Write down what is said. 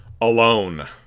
alone